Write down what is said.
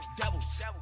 devils